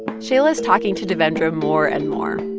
shaila's talking to devendra more and more,